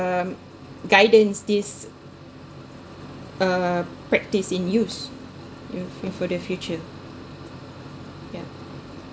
um guidance this uh practice in use for the future yeah